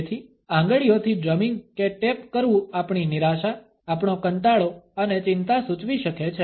તેથી આંગળીઓથી ડ્રમિંગ કે ટેપ કરવુ આપણી નિરાશા આપણો કંટાળો અને ચિંતા સૂચવી શકે છે